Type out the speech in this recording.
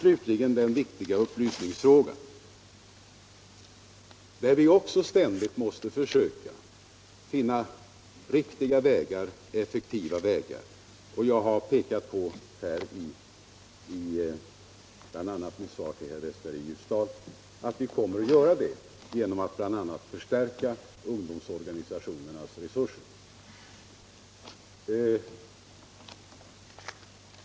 Slutligen gäller det den viktiga upplysningsfrågan, där vi också ständigt måste försöka finna riktiga vägar, effektiva vägar. Jag har, bl.a. i svar till herr Westberg i Ljusdal, pekat på att vi kommer att göra det exempelvis genom att förstärka ungdomsorganisationernas resurser.